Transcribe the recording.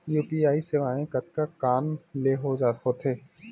UPI सेवाएं कतका कान ले हो थे?